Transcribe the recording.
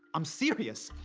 i'm serious.